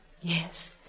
Yes